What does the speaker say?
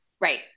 Right